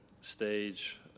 stage